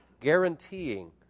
guaranteeing